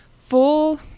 Full